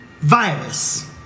virus